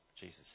jesus